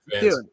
Dude